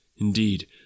Indeed